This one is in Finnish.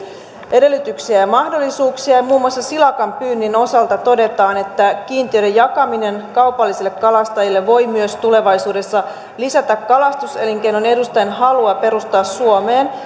edellytyksiä ja mahdollisuuksia ja muun muassa silakan pyynnin osalta todetaan että kiintiöiden jakaminen kaupallisille kalastajille voi myös tulevaisuudessa lisätä kalastuselinkeinon edustajien halua perustaa suomeen